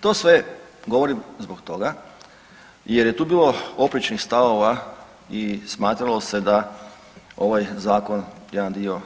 To sve govorim zbog toga jer je tu bilo oprečnih stavova i smatralo se da ovaj Zakon, jedan dio